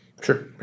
Sure